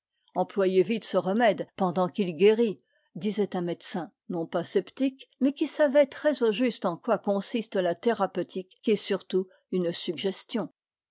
employez vite ce remède pendant qu'il guérit disait un médecin non pas sceptique mais qui savait très au juste en quoi consiste la thérapeutique qui est surtout une suggestion